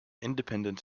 independent